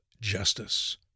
justice